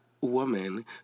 woman